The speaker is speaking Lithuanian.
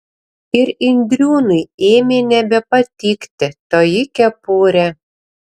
ir indriūnui ėmė nebepatikti toji kepurė